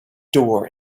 door